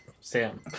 Sam